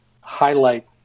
highlight